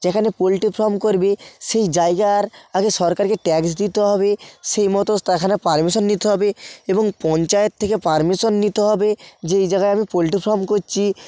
যেখানে poultry farm করবি সেই জায়গার আগে সরকারকে ট্যাক্স দিতে হবে সেই মতো তাখানা পারমিশন নিতে হবে এবং পঞ্চায়েত থেকে পারমিশন নিতে হবে যে এই জাগায় আমি পোল্ট্রি ফার্ম করছি